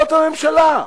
זאת הממשלה.